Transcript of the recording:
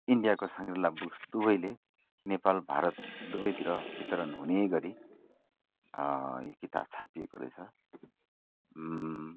इन्डियाको Shangri-La Books दुवैले नेपाल भारत दुवैतिर वितरण हुने गरी यो किताब छापिएको रहेछ